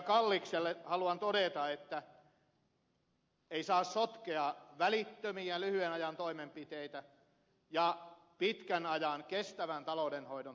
kallikselle haluan todeta että ei saa sotkea välittömiä lyhyen ajan toimenpiteitä ja pitkän ajan kestävän taloudenhoidon periaatteita